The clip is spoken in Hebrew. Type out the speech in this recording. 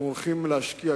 אנחנו הולכים להשקיע,